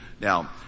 Now